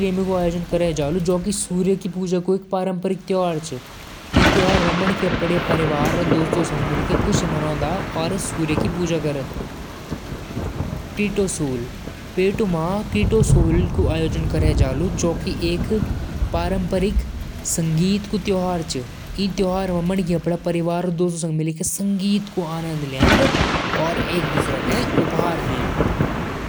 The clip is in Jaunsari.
समुद्र और आउटडोर जीवन पसंद करदन। क्रिकेट और रग्बी यहां क मुख्य खेल छन। सिडनी क ओपेरा हाउस यहां क पहचान होलु। यहां क अबोरिजिनल कला और परंपरा भी खास होलु।